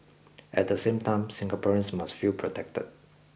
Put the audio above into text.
at the same time Singaporeans must feel protected